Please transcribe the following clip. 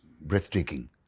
breathtaking